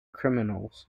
criminals